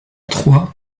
troyes